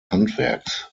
handwerks